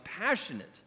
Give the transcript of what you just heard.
passionate